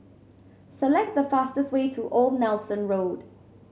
select the fastest way to Old Nelson Road